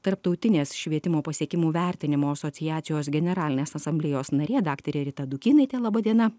tarptautinės švietimo pasiekimų vertinimo asociacijos generalinės asamblėjos narė daktarė rita dukynaitė laba diena